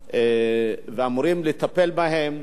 שאמורים לטפל בהם,